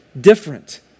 different